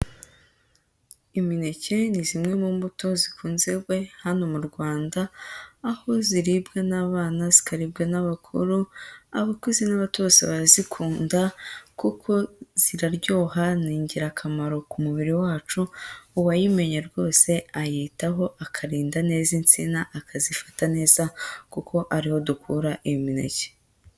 Imineke ni zimwe mu mbuto zikunzwe hano mu Rwanda aho ziribwa n'abana, zikaribwa n'abakuru, abakuze n'abato bose barazikunda kuko ziraryoha ni ingirakamaro ku mubiri wacu, uwayimenye rwose ayitaho akarinda neza insina akazifata neza kuko ari ho dukura imineke.